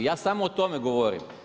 Ja samo o tome govorim.